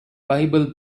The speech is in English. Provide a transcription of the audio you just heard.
bible